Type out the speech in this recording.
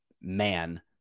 man